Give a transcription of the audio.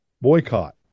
boycott